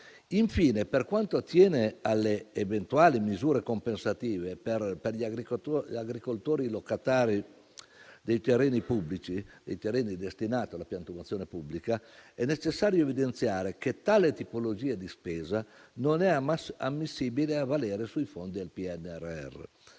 Infine, per quanto attiene alle eventuali misure compensative per gli agricoltori locatari dei terreni destinati alla piantumazione pubblica, è necessario evidenziare che tale tipologia di spesa non è ammissibile a valere sui fondi del PNRR.